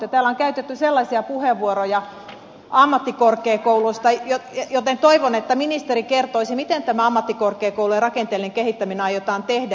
täällä on käytetty sellaisia puheenvuoroja ammattikorkeakouluista että toivon että ministeri kertoisi miten tämä ammattikorkeakoulujen rakenteellinen kehittäminen aiotaan tehdä